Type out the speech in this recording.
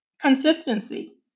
Consistency